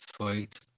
Sweet